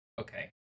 Okay